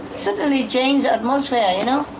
suddenly change the atmosphere, you know?